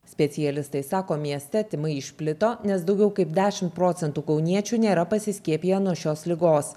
specialistai sako mieste tymai išplito nes daugiau kaip dešimt procentų kauniečių nėra pasiskiepiję nuo šios ligos